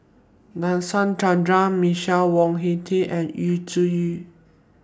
Nadasen Chandra Michael Wong Hong Teng and Yu Zhuye